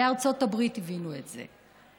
בארצות הברית הבינו את זה.